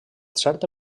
certa